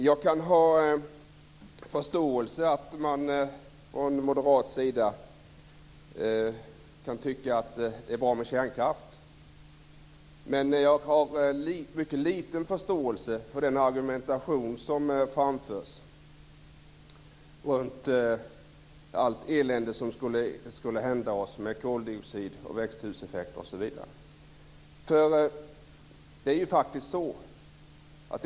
Jag kan ha förståelse för att man från moderaterna tycker att det är bra med kärnkraft, men jag har mycket liten förståelse för den argumentation som framförs om allt elände som skulle hända oss med koldioxid, växthuseffekt osv.